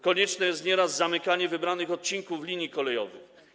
Konieczne jest nieraz zamykanie wybranych odcinków linii kolejowych.